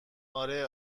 آره